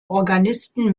organisten